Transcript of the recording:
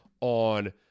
on